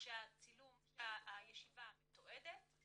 שהישיבה מתועדת,